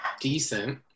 Decent